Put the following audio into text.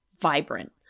vibrant